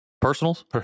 Personals